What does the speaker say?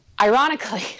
ironically